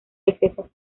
excesos